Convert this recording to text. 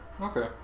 Okay